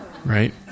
Right